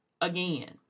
again